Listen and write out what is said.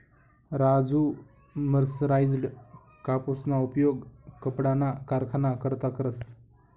Raju mercerised कापूसना उपयोग कपडाना कारखाना करता करस